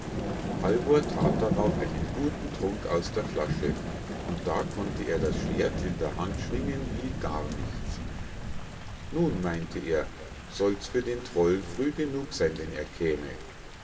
halvor that darauf einen guten trunk aus der flasche und da konnte er das schwert in der hand schwingen wie gar nichts nun meinte er sollt's für den trollen früh genug sein wenn er käme